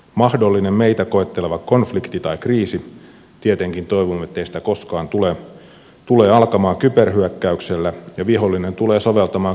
mahdollinen meitä koetteleva konflikti tai kriisi tietenkin toivomme ettei sitä koskaan tule tulee alkamaan kyberhyökkäyksellä ja vihollinen tulee soveltamaan kybermenetelmiä koko kriisin ajan